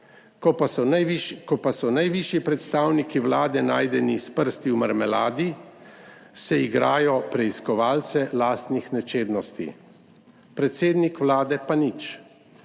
Ko pa so najvišji predstavniki Vlade najdeni s prsti v marmeladi, se igrajo preiskovalce lastnih nečednosti, predsednik Vlade pa nič.